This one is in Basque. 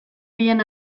bien